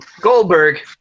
Goldberg